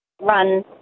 run